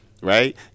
right